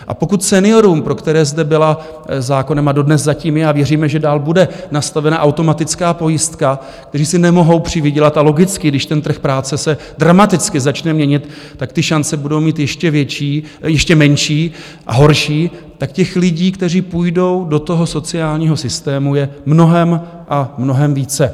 A pokud seniorům, pro které zde byla zákonem, a dodnes zatím je a věříme, že dál bude, nastavena automatická pojistka, kteří si nemohou přivydělat a logicky, když ten trh práce se dramaticky začne měnit, tak ty šance budou mít ještě větší, ještě menší a horší, tak těch lidí, kteří půjdou do toho sociálního systému, je mnohem a mnohem více.